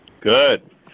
Good